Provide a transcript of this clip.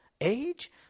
age